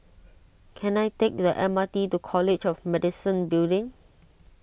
can I take the M R T to College of Medicine Building